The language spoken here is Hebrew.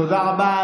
5:1. תודה רבה.